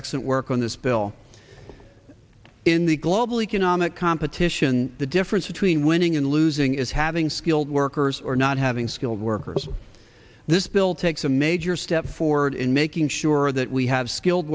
that work on this bill in the global economic competition the difference between winning and losing is having skilled workers or not having skilled workers this bill takes a major step forward in making sure that we have skilled